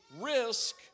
risk